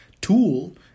tool